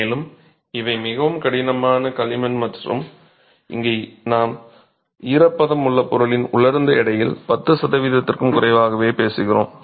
மேலும் இவை மிகவும் கடினமான களிமண் மற்றும் இங்கே நாம் ஈரப்பதம் உள்ள பொருளின் உலர்ந்த எடையில் 10 சதவீதத்திற்கும் குறைவாகவே பேசுகிறோம்